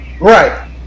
right